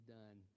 done